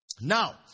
Now